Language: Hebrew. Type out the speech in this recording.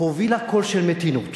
הובילה קול של מתינות